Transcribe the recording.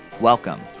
Welcome